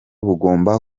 bugomba